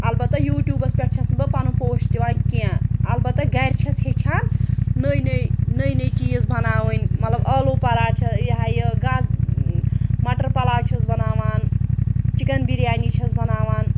اَلبتہ یوٗٹیوبَس پؠٹھ چھَس نہٕ بہٕ پَنُن پوسٹ دِوان کینٛہہ الَبتہ گَرِ چھَس ہیٚچھان نٔے نٔے نٔے نٔے چیٖز بَناوٕںۍ مطلب ٲلوٕ پَراٹھ چھےٚ یہِ ہہ یہِ گا مَٹَر پَلاو چھِس بَناوان چِکَن بِریانی چھَس بَناوان